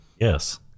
Yes